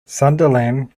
sunderland